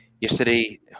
Yesterday